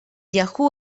yahoo